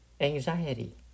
anxiety